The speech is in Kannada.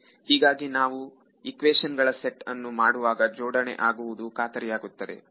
ಹೀಗಾಗಿ ನಾವು ಇಕ್ವೇಶನ್ ಗಳ ಸೆಟ್ ಅನ್ನು ಮಾಡುವಾಗ ಜೋಡಣೆ ಆಗುವುದು ಖಾತರಿಯಾಗುತ್ತದೆ